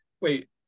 wait